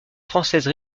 française